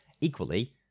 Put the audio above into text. Equally